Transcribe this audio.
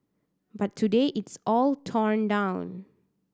but today it's all torn down